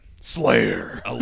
Slayer